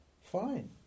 fine